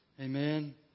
Amen